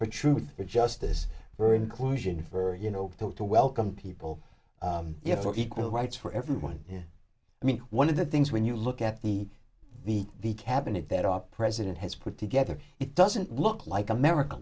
for truth for justice for inclusion for you know talk to welcome people you know for equal rights for everyone here i mean one of the things when you look at the the the cabinet that our president has put together it doesn't look like america